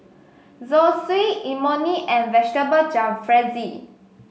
Zosui Imoni and Vegetable Jalfrezi